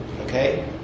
Okay